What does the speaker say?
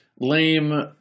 lame